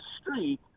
street